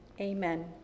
Amen